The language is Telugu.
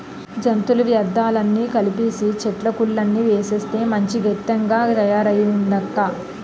జంతువుల వ్యర్థాలన్నీ కలిపీసీ, చెట్లాకులన్నీ ఏసేస్తే మంచి గెత్తంగా తయారయిందక్కా